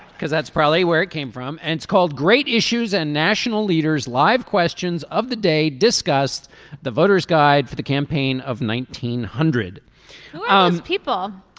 because that's probably where it came from. and it's called great issues and national leaders live questions of the day discussed the voter's guide for the campaign of nineteen hundred people.